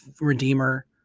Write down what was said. Redeemer